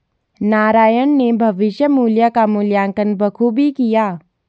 नारायण ने भविष्य मुल्य का मूल्यांकन बखूबी किया